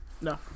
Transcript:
No